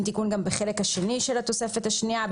תיקון גם בחלק השני של התוספת השנייה.